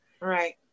Right